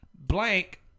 blank